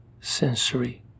sensory